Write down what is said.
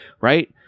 right